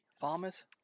Farmers